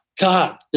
God